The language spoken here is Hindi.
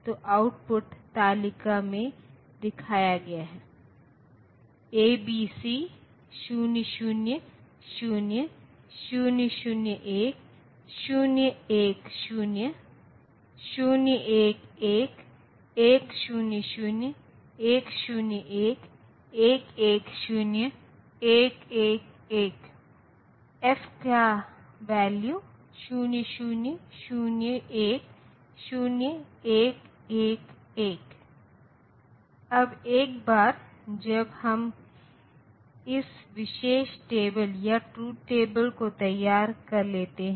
उदाहरण के लिए यदि मेरे पास एक संख्या है यदि मुझे संख्या ऋण 4 का प्रतिनिधित्व करना है 4 बिट नंबर सिस्टम में सबसे पहले हम 4 बिट नंबर सिस्टम में प्लस 4 का प्रतिनिधित्व लेते हैं